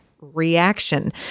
reaction